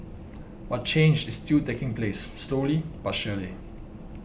but change is still taking place slowly but surely